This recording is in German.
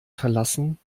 verlassen